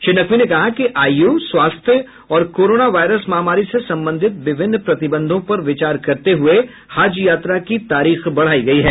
श्री नकवी ने कहा कि आयु स्वास्थ्य और कोरोना वायरस महामारी से संबंधित विभिन्न प्रतिबंधों पर विचार करते हुए हज यात्रा की तारीख बढ़ाई गई है